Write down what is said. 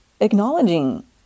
acknowledging